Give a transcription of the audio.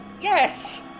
Yes